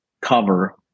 cover